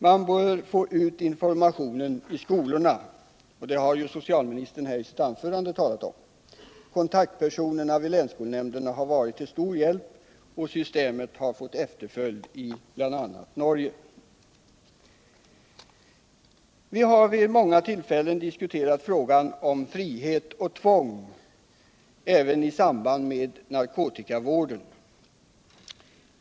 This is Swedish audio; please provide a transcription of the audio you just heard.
Man bör få ut informationen i skolorna, som socialministern i sitt anförande här talat om. Kontaktpersonerna vid länsskolnämnderna har varit till stor hjälp, och systemet har fått efterföljd i bl.a. Norge. Vi har vid många tillfällen diskuterat frågan om frihet och tvång, så även i samband med narkotikavården.